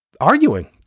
arguing